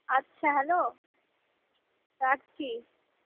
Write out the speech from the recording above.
আচ্ছা হ্যালো রাখছি